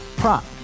prop